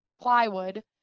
plywood